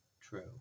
true